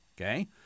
okay